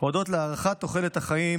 הודות להארכת תוחלת החיים,